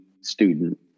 student